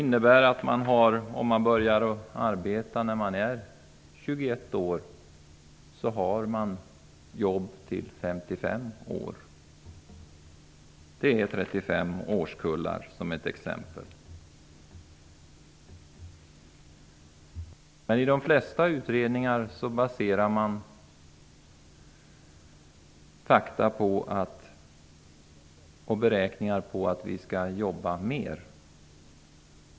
Jo, om man börjar arbeta när man är 21 år har man jobb till dess man är 55 år. Det är vad 35 årskullar innebär. I de flesta utredningar baseras fakta och beräkningar på att vi skall jobba mer.